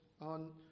on